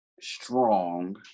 strong